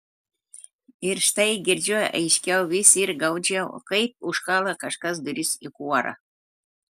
ir štai girdžiu aiškiau vis ir gaudžiau kaip užkala kažkas duris į kuorą